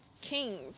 Kings